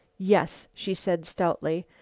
yes, she said stoutly,